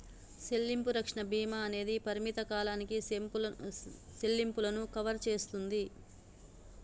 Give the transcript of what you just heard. సెల్లింపు రక్షణ భీమా అనేది పరిమిత కాలానికి సెల్లింపులను కవర్ సేస్తుంది